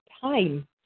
time